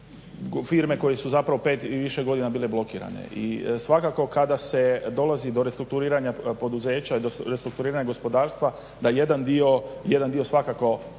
koji su 5 ili više godine bile blokirane. I svakako kada se dolazi do restrukturiranja poduzeća i do restrukturiranja gospodarstva da jedan dio svakako